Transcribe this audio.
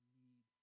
need